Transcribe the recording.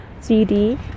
CD